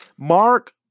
Mark